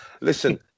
Listen